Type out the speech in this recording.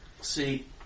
see